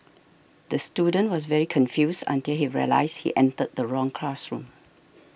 the student was very confused until he realised he entered the wrong classroom